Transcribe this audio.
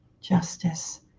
justice